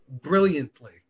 brilliantly